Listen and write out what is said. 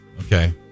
Okay